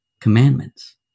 commandments